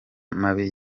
mabi